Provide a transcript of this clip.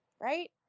Right